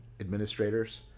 administrators